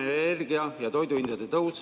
energia ja toidu hindade suur tõus,